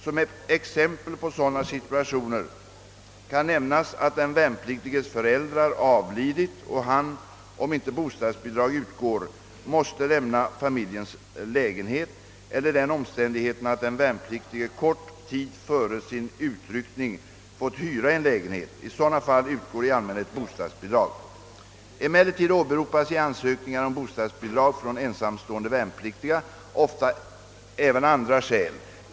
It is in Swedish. Som exempel på sådana situationer kan nämnas att den värnpliktiges föräldrar avlidit och han, om inte bostadsbidrag utgår, måste lämna familjens lägenhet eller den omständigheten att den värnpliktige kort tid före sin utryckning fått hyra en lägenhet. I sådana fall utgår i allmänhet bostadsbidrag. Emellertid åberopas i ansökningar om bostadsbidrag från ensamstående värn pliktiga ofta även andra skäl.